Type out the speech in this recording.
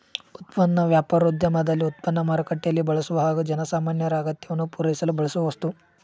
ಉತ್ಪನ್ನ ವ್ಯಾಪಾರೋದ್ಯಮದಲ್ಲಿ ಉತ್ಪನ್ನ ಮಾರುಕಟ್ಟೆಯಲ್ಲಿ ಬಳಸುವ ಹಾಗೂ ಜನಸಾಮಾನ್ಯರ ಅಗತ್ಯವನ್ನು ಪೂರೈಸಲು ಬಳಸುವ ವಸ್ತು